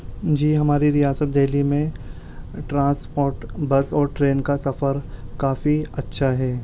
جی ہماری ریاست دہلی میں ٹرانسپورٹ بس اور ٹرین کا سفر کافی اچھا ہے